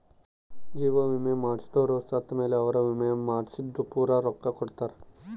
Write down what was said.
ಜೀವ ವಿಮೆ ಮಾಡ್ಸದೊರು ಸತ್ ಮೇಲೆ ಅವ್ರ ವಿಮೆ ಮಾಡ್ಸಿದ್ದು ಪೂರ ರೊಕ್ಕ ಕೊಡ್ತಾರ